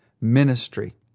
ministry